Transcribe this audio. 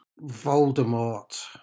Voldemort